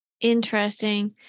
Interesting